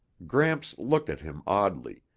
gramps looked at him oddly,